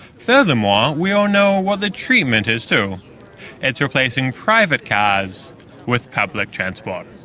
furthermore, we all know what the treatment is too it's replacing private cars with public transport.